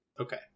Okay